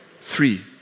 Three